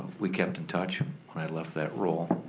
we kept in touch when i left that role,